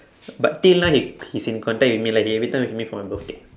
but till now he he's in contact with me lah he every time wish me for my birthday